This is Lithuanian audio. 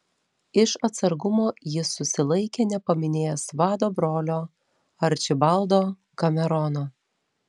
iš atsargumo jis susilaikė nepaminėjęs vado brolio arčibaldo kamerono